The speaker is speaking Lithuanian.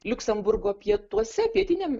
liuksemburgo pietuose pietiniam